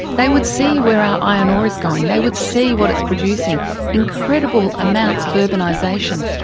they would see where our iron ore is going, they would see what it's producing incredible amounts of urbanisation.